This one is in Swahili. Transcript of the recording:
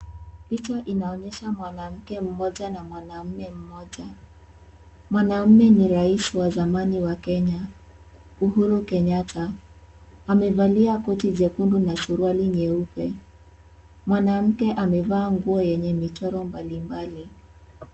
Picha inaonyesha mwanamke mmoja na mwanamume mmoja. Mwanamume ni rais wa zamani wa Kenya, Uhuru Kenyatta. Amevalia koti jekundu na suruali nyeupe. Mwanamke amevaa nguo yenye michoro mbalimbali.